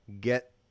get